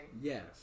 Yes